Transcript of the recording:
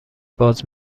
باز